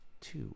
two